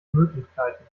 möglichkeiten